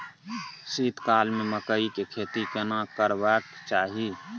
शीत काल में मकई के खेती केना करबा के चाही?